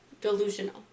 delusional